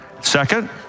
Second